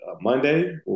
Monday